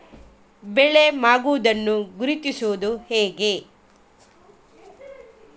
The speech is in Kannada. ಬೆಳೆ ಮಾಗುವುದನ್ನು ಗುರುತಿಸುವುದು ಹೇಗೆ?